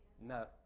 No